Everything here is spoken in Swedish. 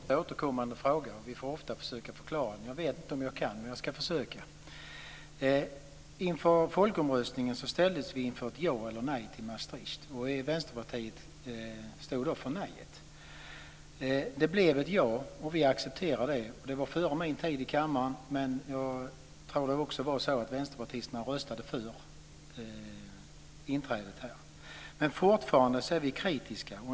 Fru talman! Det är en ofta återkommande fråga. Vi får ofta försöka förklara. Jag vet inte om jag kan, men jag ska försöka. Inför folkomröstningen ställdes vi inför ett ja eller nej till Maastricht. Vi i Vänsterpartiet stod då för ett nej. Det blev ett ja, och vi accepterar det. Det var före min tid i kammaren, men jag tror att vänsterpartisterna röstade för inträdet. Men vi är fortfarande kritiska.